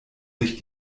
sich